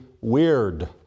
weird